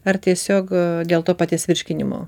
ar tiesiog dėl to paties virškinimo